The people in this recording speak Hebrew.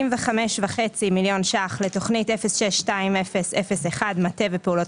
45.5 מיליון ₪ לתכנית 06-2002 מטה ופעולות